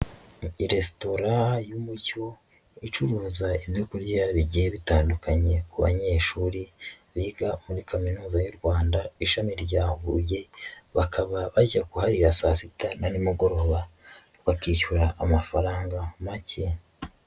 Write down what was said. Resitora y'Umucyo icuruza ibyo kurya bigiye bitandukanye ku banyeshuri biga muri Kaminuza y'u Rwanda ishami rya Huye, bakaba bajya kuharira saa sita na nimugoroba, bakishyura amafaranga make.